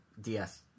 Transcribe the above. DS